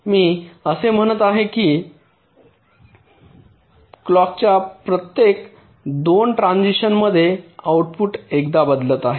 मी असे म्हणत आहे की क्लॉकच्या प्रत्येक 2 ट्रान्झिशन मध्ये आउटपुट एकदा बदलत आहे